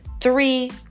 three